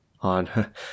on